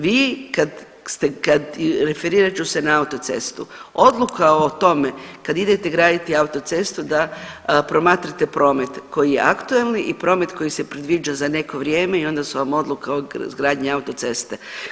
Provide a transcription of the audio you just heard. Vi kad ste, referirat ću se na autocestu, odluka o tome kad idete graditi autocestu da promatrate promet koji je aktualni i promet koji se predviđa za neko vrijeme i onda su vam odluka o izgradnji autoceste.